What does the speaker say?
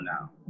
now